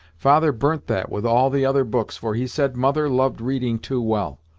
father burnt that with all the other books, for he said mother loved reading too well.